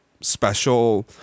special